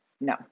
no